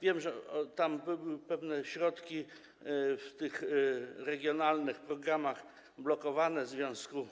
Wiem, że tam były pewne środki w tych regionalnych programach blokowane w związku